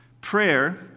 Prayer